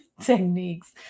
techniques